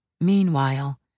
Meanwhile